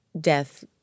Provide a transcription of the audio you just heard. death